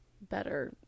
better